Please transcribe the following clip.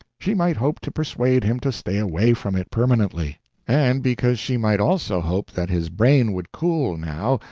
she might hope to persuade him to stay away from it permanently and because she might also hope that his brain would cool, now,